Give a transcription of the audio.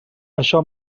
això